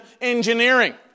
engineering